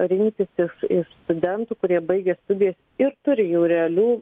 rinktis iš studentų kurie baigę studijas ir turi jau realių